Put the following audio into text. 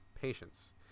patience